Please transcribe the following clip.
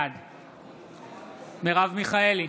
בעד מרב מיכאלי,